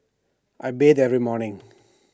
I bathe every morning